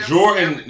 Jordan